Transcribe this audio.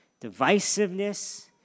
divisiveness